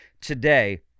today